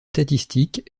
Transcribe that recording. statistiques